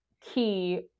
key